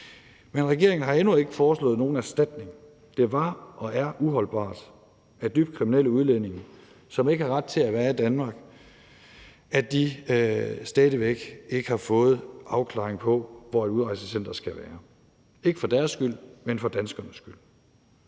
men regeringen har endnu ikke foreslået nogen erstatning. Det var og er uholdbart, at dybt kriminelle udlændinge, som ikke har ret til at være i Danmark, stadig væk ikke har fået afklaring på, hvor et udrejsecenter skal være, ikke for deres skyld, men for danskernes skyld.